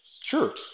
Sure